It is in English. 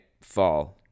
fall